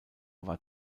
war